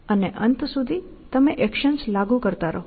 અને અંત સુધી તમે એક્શન્સ લાગુ કરતા રહો